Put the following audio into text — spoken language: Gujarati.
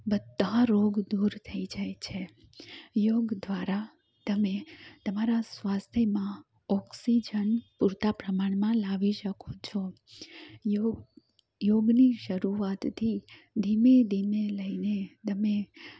બધા રોગ દૂર થઈ જાય છે યોગ દ્વારા તમે તમારા સ્વાસ્થ્યમાં ઑક્સીજન પૂરતા પ્રમાણમાં લાવી શકો છો યોગ યોગની શરૂઆતથી ધીમે ધીમે લઈને તમે